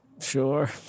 Sure